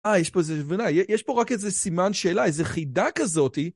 אה, יש פה איזה... בוודאי, יש פה רק איזה סימן שאלה, איזה חידה כזאתי.